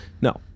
No